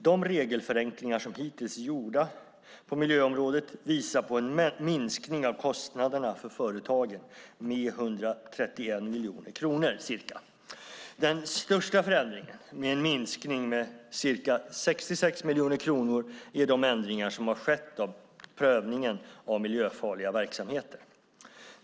De regelförenklingar som hittills är gjorda på miljöområdet visar på en minskning av kostnaderna för företagen med ca 131 miljoner kronor. Den största förändringen, en minskning med ca 66 miljoner kronor, är de ändringar som har skett av prövningen av miljöfarliga verksamheter.